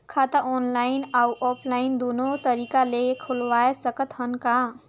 खाता ऑनलाइन अउ ऑफलाइन दुनो तरीका ले खोलवाय सकत हन का?